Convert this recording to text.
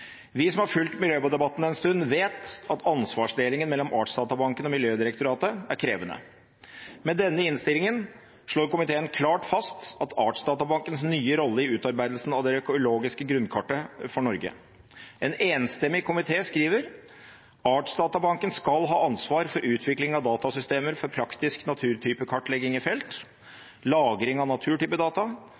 Vi som har fulgt miljødebatten en stund, vet at ansvarsdelingen mellom Artsdatabanken og Miljødirektoratet er krevende. Med denne innstillingen slår komiteen klart fast Artsdatabankens nye rolle i utarbeidelsen av det økologiske grunnkartet for Norge. En enstemmig komité skriver: «Artsdatabanken skal ha ansvar for utvikling av datasystemer for praktisk naturtypekartlegging i felt, lagring av